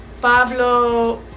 Pablo